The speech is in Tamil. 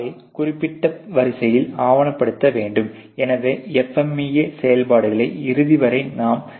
அது குறிப்பிட்ட வரிசையில் ஆவணப்படுத்தப்பட வேண்டும் எனவே FMEA செயல்பாடுகளை இறுதிவரை நான் விவாதிப்பேன்